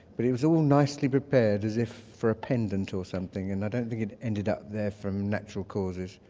but it was all nicely prepared as if for a pendant or something and i don't think it ended up there from natural causes.